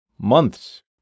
Months